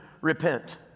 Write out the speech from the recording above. repent